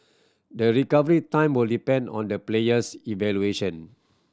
the recovery time will depend on the player's evolution